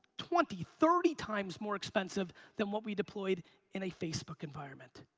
twenty, thirty times more expensive than what we deployed in a facebook environment.